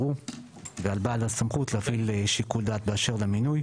הוא ועל בעל הסמכות להפעיל שיקול דעת באשר למינוי